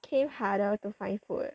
came harder to find food